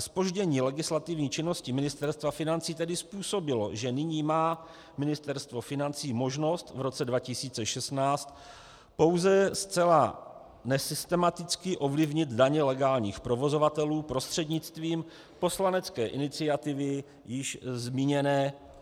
Zpoždění legislativní činnosti Ministerstva financí tedy způsobilo, že nyní má Ministerstvo financí možnost v roce 2016 pouze zcela nesystematicky ovlivnit daně legálních provozovatelů prostřednictvím již zmíněné poslanecké iniciativy